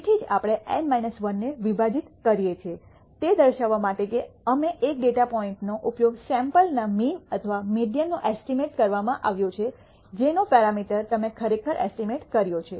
તેથી જ આપણે N 1 ને વિભાજિત કરીએ છીએ તે દર્શાવવા માટે કે એક ડેટા પોઇન્ટનો ઉપયોગ સૈમ્પલ ના મીન અથવા મીડીઅનનો એસ્ટીમેટ કરવામાં આવ્યો છે જેનો પેરા મીટર તમે ખરેખર એસ્ટીમેટ કર્યો છે